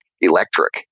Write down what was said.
electric